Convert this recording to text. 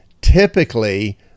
typically